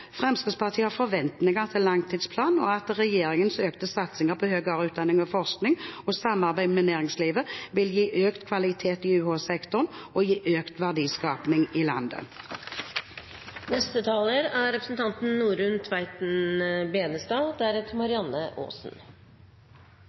Fremskrittspartiet har forventninger til langtidsplanen og til at regjeringens økte satsinger på høyere utdanning og forskning og på samarbeid med næringslivet vil gi økt kvalitet i UH-sektoren og økt verdiskaping i landet. Etter å ha hørt deler av denne debatten er